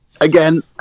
Again